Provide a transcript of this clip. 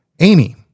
Amy